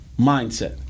mindset